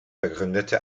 begründete